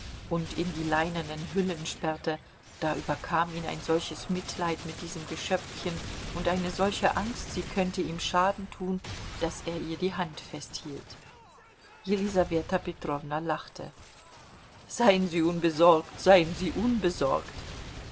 und in die leinenen hüllen sperrte da überkam ihn ein solches mitleid mit diesem geschöpfchen und eine solche angst sie könne ihm schaden tun daß er ihr die hand festhielt jelisaweta petrowna lachte seien sie unbesorgt seien sie unbesorgt